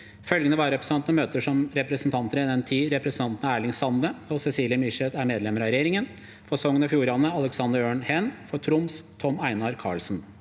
Følgende vararepresentanter møter som representanter i den tid representantene Erling Sande og Cecilie Myrseth er medlemmer av regjeringen: For Sogn og Fjordane: Aleksander Øren Heen For Troms: Tom Einar Karlsen